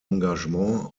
engagement